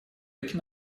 таки